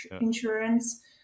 insurance